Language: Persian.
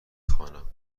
خوانم